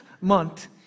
month